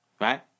Right